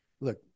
look